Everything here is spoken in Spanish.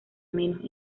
menos